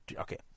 Okay